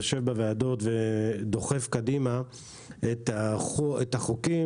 יושב בוועדות ודוחף קדימה את החוקים